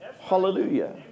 Hallelujah